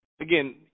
Again